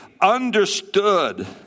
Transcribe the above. understood